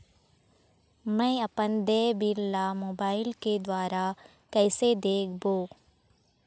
मैं अपन देय बिल ला मोबाइल के द्वारा कइसे देखबों?